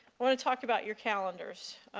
want to talk about your calendars.